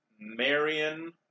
Marion